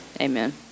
amen